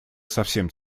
совсем